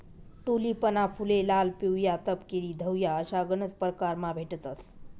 टूलिपना फुले लाल, पिवया, तपकिरी, धवया अशा गनज परकारमा भेटतंस